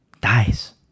dies